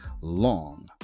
long